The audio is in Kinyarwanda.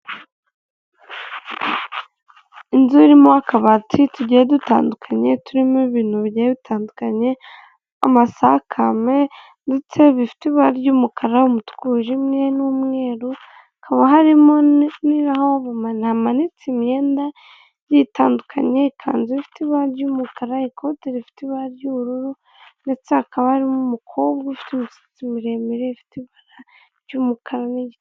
Inzu irimo akabati tugiye dutandukanye turimo ibintu bigiye bitandukanye amasakame ndetse bifite ibara ry'umukara, umutuku wijimye n'umweru hakaba harimo n'ihoboma hamanitse imyenda igiye itandukanye ikanzu ifite ibara ry'umukara, ikote rifite ibara ry'ubururu, ndetse hakaba n'umukobwa ufite umusatsi muremure ifite ibara ry'umukara n'igiti.